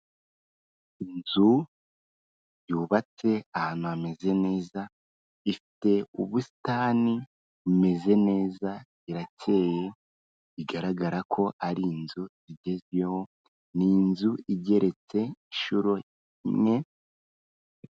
Inzu yubatse ahantu hameze neza, ifite ubusitani bumeze neza, irakeye, bigaragara ko ari inzu igezweho, ni inzu igeretse inshuro imwe.